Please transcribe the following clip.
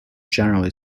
generally